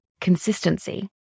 consistency